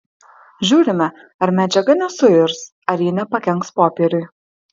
žiūrime ar medžiaga nesuirs ar ji nepakenks popieriui